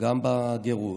גם בגירוש,